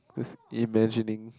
just imagining